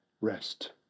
rest